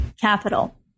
capital